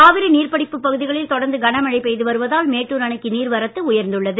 காவிரி நீர்பிடிப்பு பகுதிகளில் தொடர்ந்து கனமழை பெய்து வருவதால் மேட்டுர் அணைக்கு நீர்வரத்து உயர்ந்துள்ளது